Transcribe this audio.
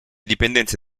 dipendenze